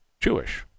Jewish